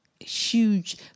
huge